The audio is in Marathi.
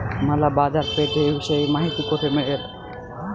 मला बाजारपेठेविषयी माहिती कोठे मिळेल?